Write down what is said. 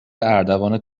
اردوان